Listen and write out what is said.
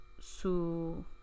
su